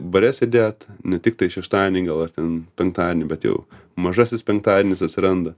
bare sėdėt ne tiktai šeštadienį gal ir ten penktadienį bet jau mažasis penktadienis atsiranda